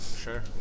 Sure